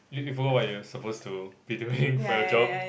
you you forgot what you were supposed to be doing for your job